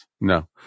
No